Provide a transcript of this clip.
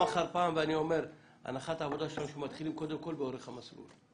ואני אומר שהנחת העבודה שלנו שמתחילים קודם כל באורך המסלול.